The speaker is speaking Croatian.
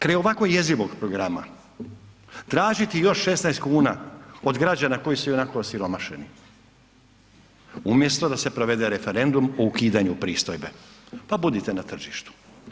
Kraj ovako jezivog programa, tražiti još 16 kuna od građana koji su ionako osiromašeni, umjesto da se provede referendum o ukidanju pristojbe, pa budite na tržištu.